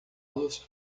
los